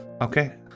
Okay